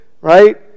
right